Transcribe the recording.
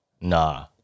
Nah